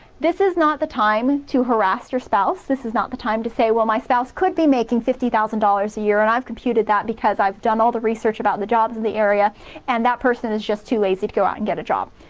this is not the time to harass your spouse. this is not the time to say, well my spouse could be making fifty thousand dollars a year and i've computed that because i've done all the research about the jobs in the area and that person is just too lazy to go out and get a job.